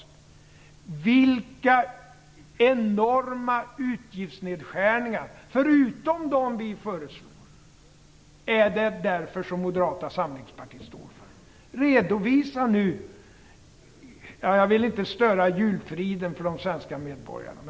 Min fråga är alltså: Vilka enorma utgiftsnedskärningar, förutom de som vi föreslår, är det som Moderata samlingspartiet står för? Jag vill inte störa julfriden för de svenska medborgarna.